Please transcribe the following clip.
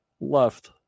left